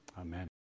amen